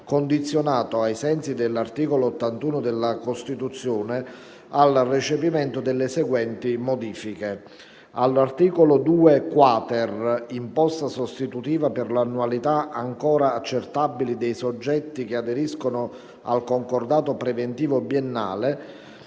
condizionato, ai sensi dell'articolo 81 della Costituzione, al recepimento delle seguenti modifiche: - all'articolo 2-*quater* (Imposta sostitutiva per annualità ancora accertabili dei soggetti che aderiscono al concordato preventivo biennale),